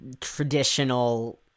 traditional